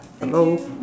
hello